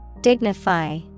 Dignify